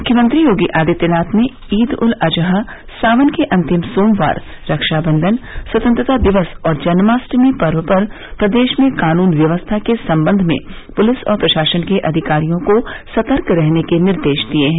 मुख्यमंत्री योगी आदित्यनाथ ने ईद उल अजहा सावन के अंतिम सोमवार रक्षा बन्धन स्वतंत्रता दिवस और जन्माष्टमी पर्व पर प्रदेश में कानून व्यवस्था के संबंध में पुलिस और प्रशासन के अधिकारियों को सतर्क रहने के निर्देश दिये हैं